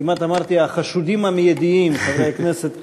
כמעט אמרתי "החשודים המיידיים" חברי הכנסת כבל,